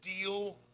deal